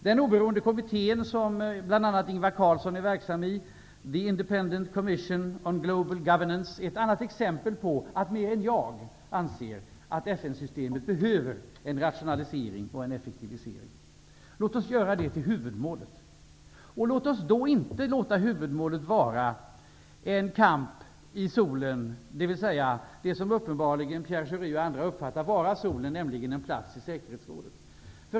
Den oberoende kommitté som bl.a. Ingvar Carlsson är verksam i, The Independent Commission on Global Governance, är ett annat exempel på att fler än jag anser att FN-systemet behöver en rationalisering och en effektivisering. Låt oss göra det till huvudmål. Låt inte huvudmålet vara en kamp i solen -- dvs. det som uppenbarligen Pierre Schori och andra uppfattar vara solen, nämligen en plats i Säkerhetsrådet.